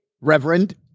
Reverend